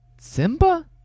Simba